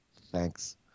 thanks